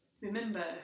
remember